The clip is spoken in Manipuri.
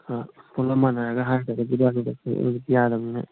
ꯄꯨꯂꯞ ꯃꯥꯟꯅꯔꯒ ꯍꯥꯏꯗ꯭ꯔꯒꯗꯤ ꯏꯕꯥꯟꯅꯤ ꯈꯛꯇꯤ ꯑꯣꯏꯕ ꯌꯥꯗꯃꯤꯅ